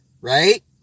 right